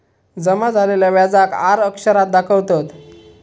जमा झालेल्या व्याजाक आर अक्षरात दाखवतत